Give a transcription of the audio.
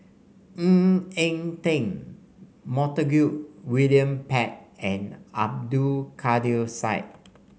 Ng Eng Teng Montague William Pett and Abdul Kadir Syed